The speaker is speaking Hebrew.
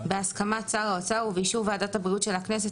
בהסכמת שר האוצר ובאישור ועדת הבריאות של הכנסת,